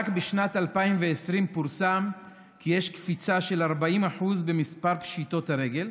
רק בשנת 2020 פורסם כי יש קפיצה של 40% במספר פשיטות הרגל,